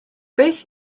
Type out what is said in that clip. beth